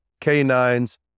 canines